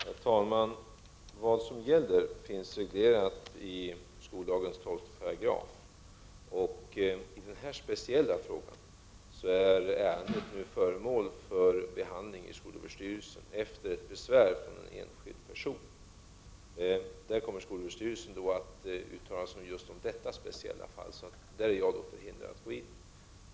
Herr talman! Vad som gäller finns reglerat i skollagens 12 §. Detta ärende är nu föremål för behandling i skolöverstyrelsen efter ett besvär från en enskild person. Skolöverstyrelsen kommer att uttala sig om just detta speciella fall, och jag är förhindrad att gå in i detta fall.